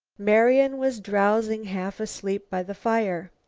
marian was drowsing half-asleep by the fire.